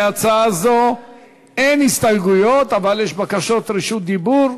להצעה זו אין הסתייגויות אבל יש בקשות רשות דיבור,